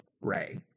Ray